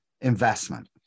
investment